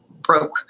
broke